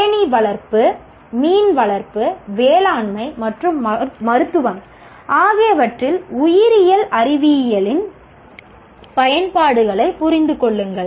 தேனீ வளர்ப்பு மீன்வளர்ப்பு வேளாண்மை மற்றும் மருத்துவம் ஆகியவற்றில் உயிரியல் அறிவியலின் பயன்பாடுகளைப் புரிந்து கொள்ளுங்கள்